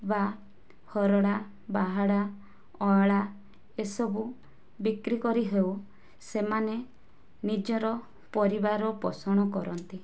ବା ହରଡ଼ା ବାହାଡ଼ା ଅଁଳା ଏସବୁ ବିକ୍ରି କରିହେଉ ସେମାନେ ନିଜର ପରିବାର ପୋଷଣ କରନ୍ତି